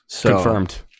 Confirmed